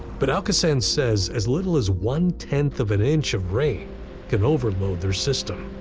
but alcosan says as little as one-tenth of an inch of rain can overload their system.